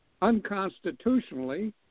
unconstitutionally